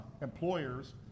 employers